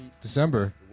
December